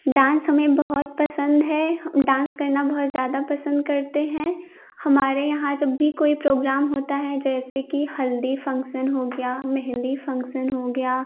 dance हमें बहुत पसंद है डांस करना बहुत ज़्यादा पसंद करते हैं हमारे यहाँ जब भी कोई प्रोग्राम होता है जैसे कि हल्दी फन्कशन हो गया मेहंदी फन्कशन हो गया